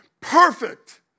Perfect